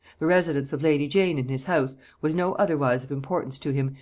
the residence of lady jane in his house was no otherwise of importance to him,